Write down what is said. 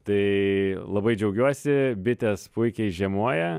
tai labai džiaugiuosi bitės puikiai žiemoja